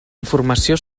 informació